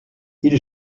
ils